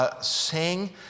sing